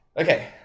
okay